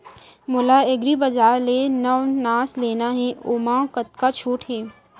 मोला एग्रीबजार ले नवनास लेना हे ओमा कतका छूट हे?